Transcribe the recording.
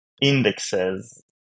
indexes